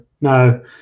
No